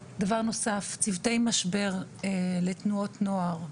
דבר נוסף צוותי משבר לתנועות נוער,